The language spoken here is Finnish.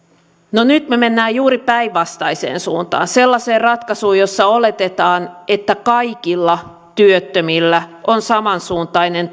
no nyt me menemme juuri päinvastaiseen suuntaan sellaiseen ratkaisuun jossa oletetaan että kaikilla työttömillä on samansuuntainen